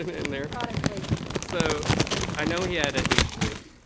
in there. product placement. so i know he had at least three.